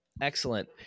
Excellent